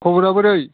खबरा बोरै